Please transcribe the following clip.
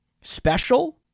special